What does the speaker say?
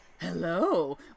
hello